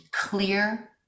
clear